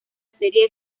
serie